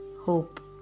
hope